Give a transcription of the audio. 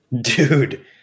Dude